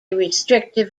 restrictive